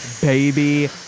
baby